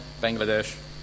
Bangladesh